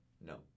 No